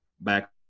back